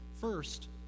First